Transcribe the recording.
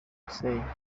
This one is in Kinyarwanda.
hussein